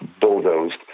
bulldozed